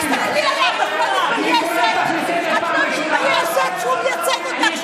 את לא מתביישת שהוא מייצג אותך?